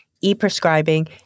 e-prescribing